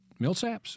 Millsaps